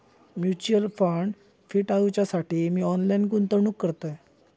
mutual fund fee टाळूच्यासाठी मी online गुंतवणूक करतय